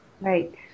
Right